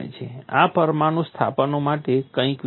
આ પરમાણુ સ્થાપનો માટે કંઈક વિચિત્ર છે